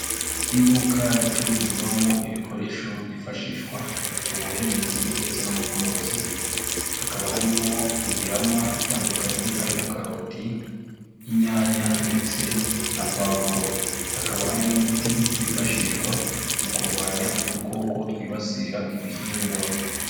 Iduka ricururizwamo ibikoresho byifashishwa mu buhinzi ndetse no mu bworozi, hakaba harimo imirama itandukanye harimo karoti, inyanya ndetse na pavuro, hakaba hari n'imiti yifashishwa mu kurwanya udukoko twibasira ibihingwa.